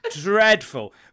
dreadful